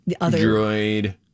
Android